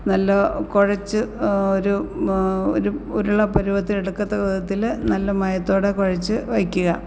നല്ല കുഴച്ച് ഒരു ഒരു ഉരുളപ്പരുവത്തിലെടുക്കത്തക്ക വിധത്തിൽ നല്ല മയത്തോടെ കുഴച്ചു വയ്ക്കുക